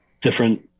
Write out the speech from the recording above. different